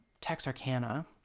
Texarkana